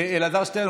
אלעזר שטרן,